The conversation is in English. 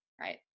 right